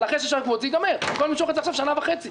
אבל אחרי שישה שבועות זה יגמר ולא נמשוך את זה עכשיו שנה וחצי.